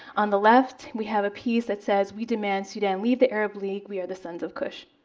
on the left, we have a piece that says, we demand sudan leave the arab league. we are the sons of kush.